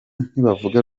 ntibavuga